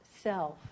self